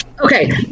Okay